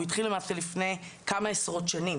הוא התחיל למעשה לפני כמה עשרות שנים